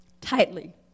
tightly